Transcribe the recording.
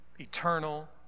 eternal